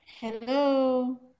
Hello